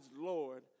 Lord